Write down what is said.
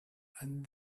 and